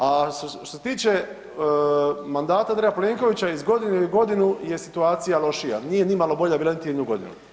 A što se tiče mandata Andreja Plenkovića iz godine u godinu je situacija lošija, nije nimalo bolja bila niti jednu godinu.